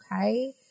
okay